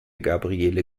gabriele